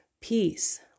peace